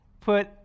put